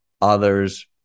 others